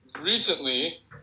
recently